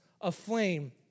aflame